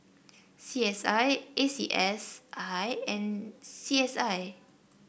C S I A C S I and C S I